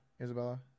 Isabella